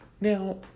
Now